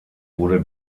wurde